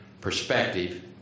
perspective